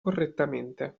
correttamente